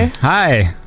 Hi